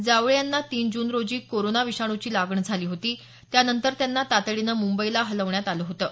जावळे यांना तीन जून रोजी कोरोना विषाणूची लागण झाली होती त्यानंतर त्यांना तातडीने मुंबईला हलवण्यात आलं होतं